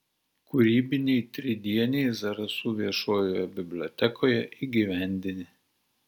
kūrybiniai tridieniai zarasų viešojoje bibliotekoje įgyvendini